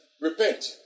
Repent